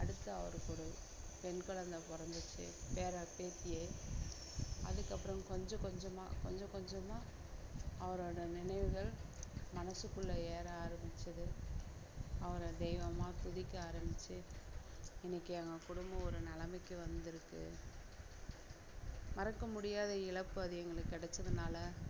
அடுத்த அவருக்கு ஒரு பெண் குழந்த பிறந்துச்சி பேரன் பேத்தி அதுக்கப்புறம் கொஞ்சம் கொஞ்சமாக கொஞ்சம் கொஞ்சமா அவரோட நினைவுகள் மனதுக்குள்ள ஏற ஆரம்மிச்சிது அவரை தெய்வமாக துதிக்க ஆரம்மிச்சி இன்னிக்கு எங்கள் குடும்பம் ஒரு நிலமைக்கி வந்துருக்குது மறக்க முடியாத இழப்பு அது எங்களுக்கு கிடச்சதுனால